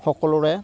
সকলোৰে